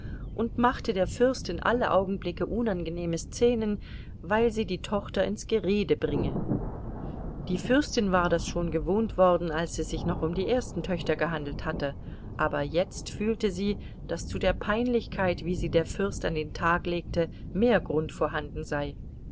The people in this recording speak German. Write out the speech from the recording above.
und machte der fürstin alle augenblicke unangenehme szenen weil sie die tochter ins gerede bringe die fürstin war das schon gewohnt geworden als es sich noch um die ersten töchter gehandelt hatte aber jetzt fühlte sie daß zu der peinlichkeit wie sie der fürst an den tag legte mehr grund vorhanden sei